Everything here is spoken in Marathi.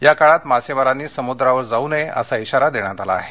या काळात मच्छीमारांनी समुद्रावर जाऊ नये असा इशारा देण्यात आला आहे